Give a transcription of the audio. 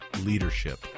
leadership